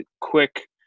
quick